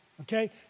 okay